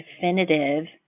definitive